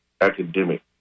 academic